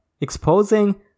exposing